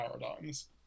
paradigms